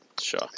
Sure